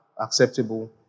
acceptable